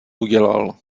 udělal